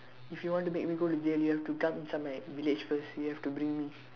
if you want to make me go to jail you have to come inside my village first you have to bring me